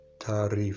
Tarif